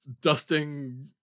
dusting